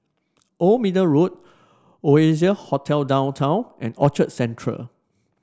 Old Middle Road Oasia Hotel Downtown and Orchard Central